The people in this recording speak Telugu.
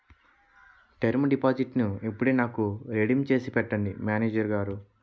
టెర్మ్ డిపాజిట్టును ఇప్పుడే నాకు రిడీమ్ చేసి పెట్టండి మేనేజరు గారు